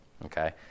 Okay